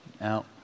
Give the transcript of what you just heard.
out